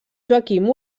joaquim